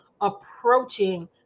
approaching